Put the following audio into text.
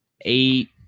eight